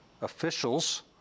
officials